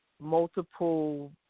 multiple